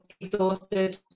exhausted